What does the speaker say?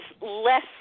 less